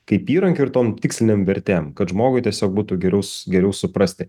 kaip įrankiu ir tom tikslinėm vertėm kad žmogui tiesiog būtų geriau geriau suprasti